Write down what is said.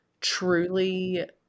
truly